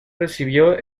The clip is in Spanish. recibió